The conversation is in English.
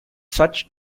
such